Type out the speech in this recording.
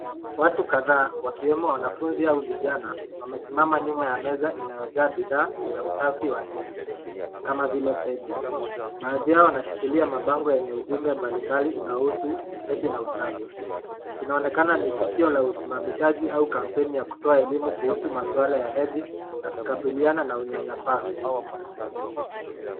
Watu kadhaa wakiwemo vijana wamesimama nyuma ya meza iliyojaa bidhaa za usafi wa hedhi kama vile pedi. Baadhi yao wanashikilia mabango yenye ujumbe mbalimbali inahusu hedhi na usafi. Inaonekana ni tukio la usimamishaji au kampeni ya kutoa elimu kuhusu maswala ya hedhi na kukabiliana na unyanyapa.